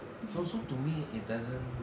so so to me it doesn't